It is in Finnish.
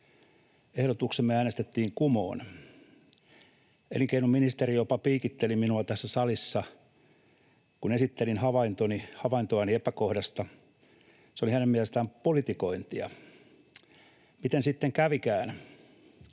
Ehdotuksemme äänestettiin kumoon. Elinkeinoministeri jopa piikitteli minua tässä salissa, kun esittelin havaintoani epäkohdasta. Se oli hänen mielestään politikointia. Miten sitten kävikään?